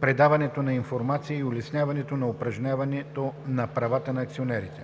предаването на информация и улесняването на упражняването на правата на акционерите.